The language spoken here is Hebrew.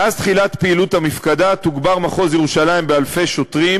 מאז תחילת פעילות המפקדה תוגבר מחוז ירושלים באלפי שוטרים,